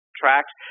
tracks